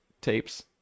tapes